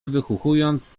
wychuchując